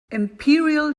imperial